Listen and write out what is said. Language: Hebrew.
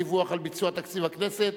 דיווח על ביצוע תקציב הכנסת),